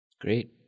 Great